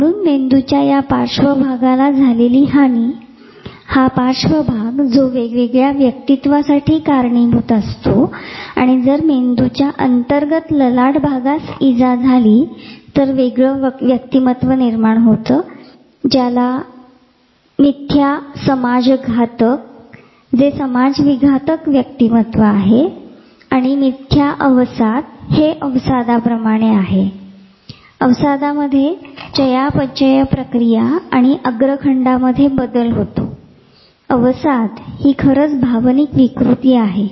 म्हणून मेंदूच्या यां पार्श्व भागाला झालेली हानी हा पार्श्व भाग जो वेगळ्या व्यक्तित्वासाठी कारणीभूत असतो आणि जर मेंदूच्या अंतर्गत ललाट भागस इजा झाली तर वेगळे व्यक्तित्व निर्माण होते ज्याला मिथ्या समाजविघातक व्यक्तिमत्व म्हणतात तसेच मिथ्या अवसाद हे अवसादाप्रमाणे आहे अवसादामध्ये चयापचय प्रक्रिया आणि अग्रखंडामध्ये बदल होतो अवसाद हि खरच भावनिक विकृती आहे